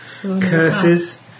curses